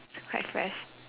still quite fresh